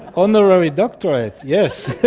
honorary doctorate, yes.